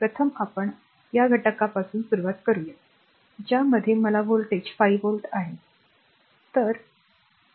प्रथम आपण r या घटकापासून सुरुवात करूया ज्यामध्ये मला व्होल्टेज 5 volt आहे